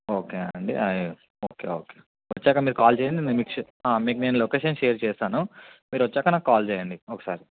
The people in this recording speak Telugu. ఓకే అండి ఓకే ఓకే వచ్చాక మీరు కాల్ చేయండి నేను మీకు షె మీకు నేను లొకేషన్ షేర్ చేస్తాను మీరు వచ్చాక నాకు కాల్ చేయండి ఒకసారి